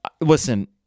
listen